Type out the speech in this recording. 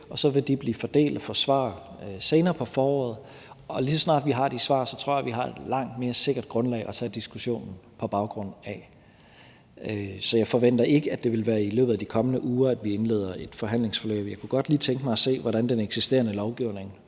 og så vil de blive fordelt og få svar senere på foråret, og lige så snart vi har de svar, tror jeg, at vi har et langt mere sikkert grundlag at tage diskussionen på baggrund af. Så jeg forventer ikke, at det vil være i løbet af de kommende uger, at vi indleder et forhandlingsforløb. Jeg kunne godt lige tænke mig at se, hvordan den eksisterende lovgivning